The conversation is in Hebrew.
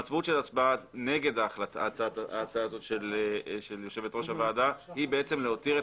המשמעות של הצבעה נגד ההצעה של יושבת-ראש הוועדה היא להותיר את